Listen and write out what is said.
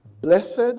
Blessed